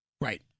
Right